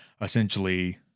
essentially